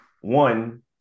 one